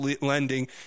lending